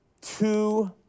two